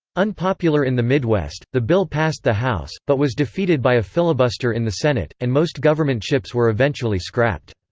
unpopular in the midwest, the bill passed the house, but was defeated by a filibuster in the senate, and most government ships were eventually scrapped.